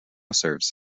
serves